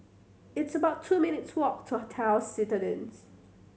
it's about two minutes' walk to Hotel Citadines